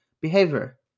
behavior